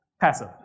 passive